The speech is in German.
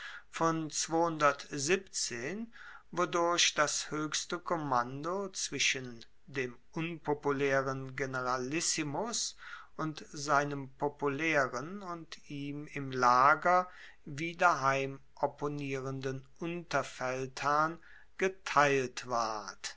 von wodurch das hoechste kommando zwischen dem unpopulaeren generalissimus und seinem populaeren und ihm im lager wie daheim opponierenden unterfeldherrn geteilt ward